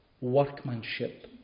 workmanship